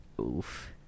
Oof